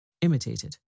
Imitated